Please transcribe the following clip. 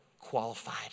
qualified